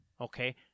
Okay